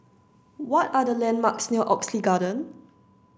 what are the landmarks near Oxley Garden